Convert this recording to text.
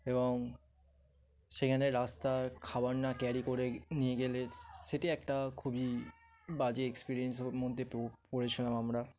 এবং সেখানে রাস্তা খাবার না ক্যারি করে নিয়ে গেলে সেটি একটা খুবই বাজে এক্সপিরিয়েন্সের মধ্যে পড়েছিলাম আমরা